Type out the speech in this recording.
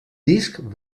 disc